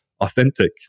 authentic